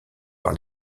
par